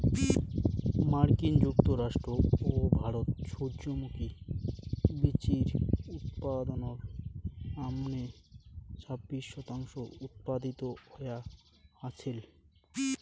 মার্কিন যুক্তরাষ্ট্র ও ভারত সূর্যমুখী বীচির উৎপাদনর আমানে ছাব্বিশ শতাংশ উৎপাদিত হয়া আছিল